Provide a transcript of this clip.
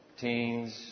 teens